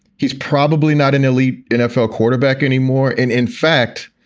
he's probably not an elite nfl quarterback anymore. and in fact,